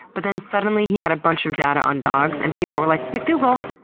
but then suddenly, he had a bunch of data on dogs and people were like, macdougall.